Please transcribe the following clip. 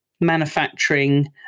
manufacturing